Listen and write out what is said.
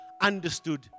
understood